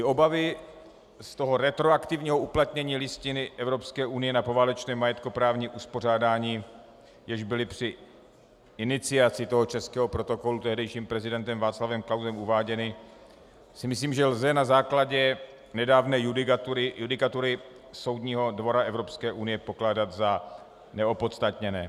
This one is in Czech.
Obavy z retroaktivního uplatnění Listiny Evropské unie na poválečné majetkoprávní uspořádání, jež byly při iniciaci českého protokolu tehdejším prezidentem Václavem Klausem uváděny, si myslím, že lze na základě nedávné judikatury Soudního dvora Evropské unie pokládat za neopodstatněné.